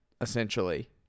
essentially